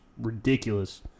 ridiculous